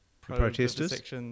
protesters